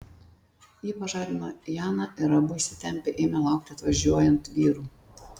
ji pažadino janą ir abu įsitempę ėmė laukti atvažiuojant vyrų